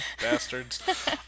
Bastards